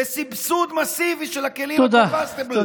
לסבסוד מסיבי של הכלים ה-Compostable, תודה.